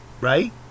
right